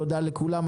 תודה לכולם.